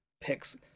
picks